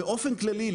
באופן כללי,